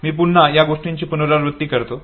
मी पुन्हा या गोष्टीची पुनरावृत्ती करतो